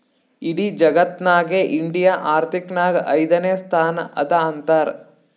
ಇಡಿ ಜಗತ್ನಾಗೆ ಇಂಡಿಯಾ ಆರ್ಥಿಕ್ ನಾಗ್ ಐಯ್ದನೇ ಸ್ಥಾನ ಅದಾ ಅಂತಾರ್